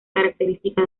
característica